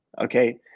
okay